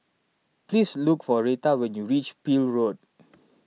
please look for Retha when you reach Peel Road